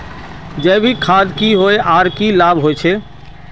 जैविक खाद की होय आर की की लाभ होचे?